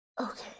okay